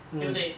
对不对